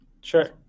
Sure